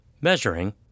measuring